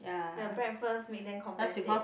the breakfast make them compensate